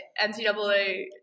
ncaa